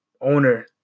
owner